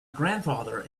grandfather